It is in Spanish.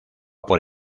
por